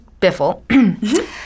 biffle